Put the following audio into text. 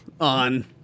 on